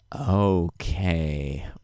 Okay